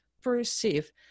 perceive